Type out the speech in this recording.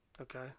okay